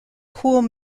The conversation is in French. courts